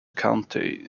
county